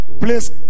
Please